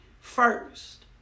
first